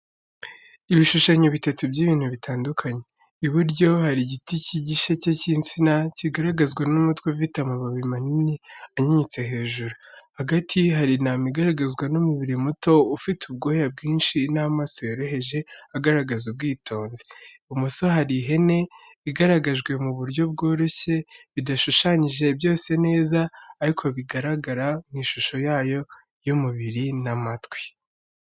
Ibishushanyo bitatu by’ibintu bitandukanye: Iburyo: Hari igiti cy’igisheke cy’insina, kigaragazwa n’umutwe ufite amababi manini anyanyutse hejuru. Hagati: Hari intama, igaragazwa n’umubiri muto ufite ubwoya bwinshi n’amaso yoroheje agaragaza ubwitonzi. Ibumoso: Hari ihene, igaragajwe mu buryo bworoshye bidashushanyije byose neza, ariko bigaragara mu ishusho yayo y’umubiri n’amatwi.